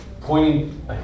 pointing